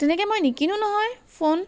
তেনেকৈ মই নিকিনো নহয় ফোন